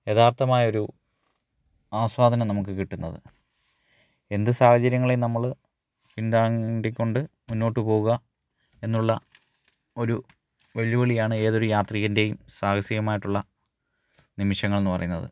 യഥാർത്ഥമായ ഒരു ആസ്വാദനം നമുക്ക് കിട്ടുന്നത് എന്ത് സാഹചര്യങ്ങളെയും നമ്മൾ പിൻതാണ്ടി കൊണ്ട് മുന്നോട്ടു പോവുക എന്നുള്ള ഒരു വെല്ലുവിളിയാണ് ഏതൊരു യാത്രികൻ്റെയും സാഹസികമായിട്ടുള്ള നിമിഷങ്ങൾ എന്ന് പറയുന്നത്